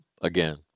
Again